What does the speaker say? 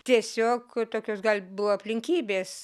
tiesiog tokios gal buvo aplinkybės